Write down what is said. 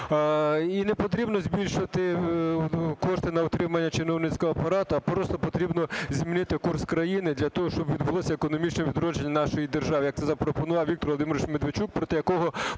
І не потрібно збільшувати кошти на утримання чиновницького апарату, а просто потрібно змінити курс країни для того, щоб відбулося економічне відродження нашої держави, як це запропонував Віктор Володимирович Медведчук, проти якого